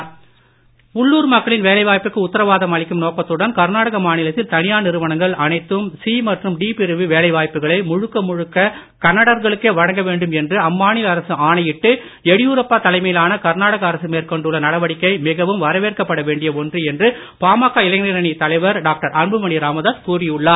தனியார் நிறுவன வேலை வாய்ப்பு உள்ளூர் மக்களின் வேலைவாய்ப்புக்கு உத்தரவாதம் அளிக்கும் நோக்கத்துடன் கர்நாடக மாநிலத்தில் தனியார் மற்றும் நிறுவனங்கள் அனைத்தும் சி பிரிவு வேலைவாய்ப்புகளை முழுக்க முழுக்க கன்னடர்களுக்கே வழங்க வேண்டும் என்று அம்மாநில அரசு ஆணையிட்டு எடியூரப்பா தலைமையிலான கர்நாடக அரசு மேற்கொண்டுள்ள நடவடிக்கை மிகவும் வரவேற்கப்பட வேண்டிய ஒன்று என்று பாமக இளைஞர் அணி தலைவர் டாக்டர் அன்புமணி ராமதாஸ் கூறியுள்ளார்